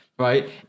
Right